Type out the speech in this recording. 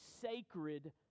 sacred